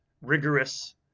rigorous